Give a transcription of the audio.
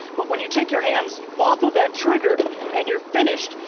but when you take your hands off of that trigger and you're finished,